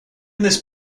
this